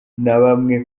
bamwe